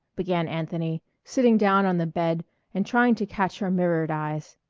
began anthony, sitting down on the bed and trying to catch her mirrored eyes,